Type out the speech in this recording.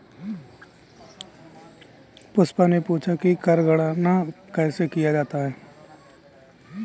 पुष्पा ने पूछा कि कर गणना कैसे किया जाता है?